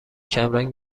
کمرنگ